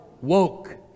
woke